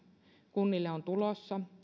kunnille on tulossa